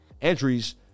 entries